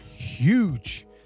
Huge